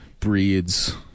breeds